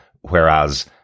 Whereas